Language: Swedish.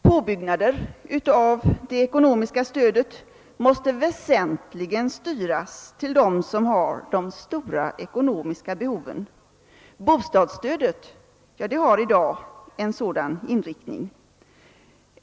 Påbyggnader av det ekonomiska stödet måste väsentligen styras till dem som har de största ekonomiska behoven. Bostadsstödet har i dag en sådan inriktning.